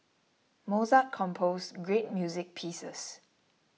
Mozart composed great music pieces